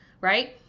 right